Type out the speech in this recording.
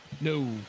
No